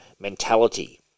mentality